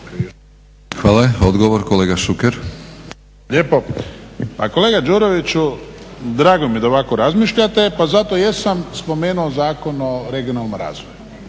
Hvala. Odgovor, kolega Šuker. **Šuker, Ivan (HDZ)** Lijepo. Pa kolega Đuroviću, drago mi je da ovako razmišljate, pa zato jesam spomenuo Zakon o regionalnom razvoju.